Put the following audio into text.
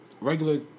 regular